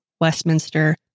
Westminster